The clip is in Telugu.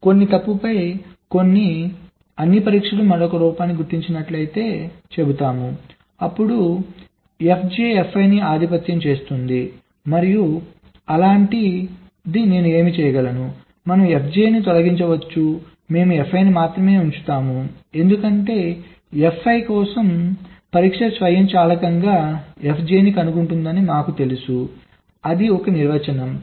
కొన్ని తప్పు ఫై కోసం అన్ని పరీక్షలు మరొక లోపాన్ని గుర్తించినట్లయితే చెబుతున్నాము అప్పుడు fj fi ని ఆధిపత్యం చేస్తుంది మరియు అలాంటి ఆస్తి ఉంటే నేను ఏమి చేయగలను మనం fj ను తొలగించవచ్చు మేము fi ని మాత్రమే ఉంచుతాము ఎందుకంటే fi కోసం పరీక్ష స్వయంచాలకంగా fj ని కనుగొంటుందని మాకు తెలుసు అది ఒక నిర్వచనం